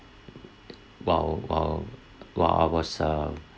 while while while I was uh